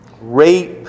rape